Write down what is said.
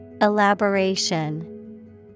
Elaboration